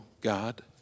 God